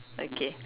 okay